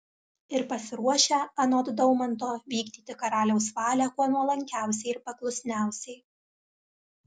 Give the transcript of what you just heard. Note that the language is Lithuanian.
ir pasiruošę anot daumanto vykdyti karaliaus valią kuo nuolankiausiai ir paklusniausiai